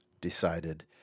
decided